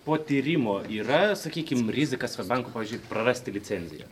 po tyrimo yra sakykim rizika svedbankui pavyzdžiui prarasti licenciją